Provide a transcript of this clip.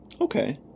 Okay